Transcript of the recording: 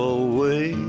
away